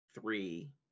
three